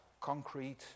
concrete